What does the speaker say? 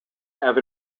have